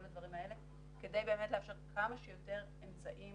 הדברים האלה כדי לאפשר כמה שיותר אמצעים